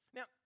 Now